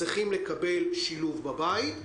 צריכים לקבל שילוב בבית.